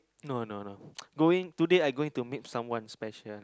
no no no going today I going to meet someone special